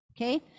okay